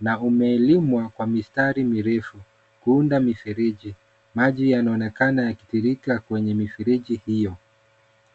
na umelimwa kwa mistari mirefu, kuunda mifereji. Maji yanaonekana yakitiririka kwenye mifereji hiyo.